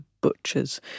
butchers